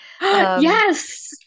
Yes